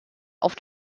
auf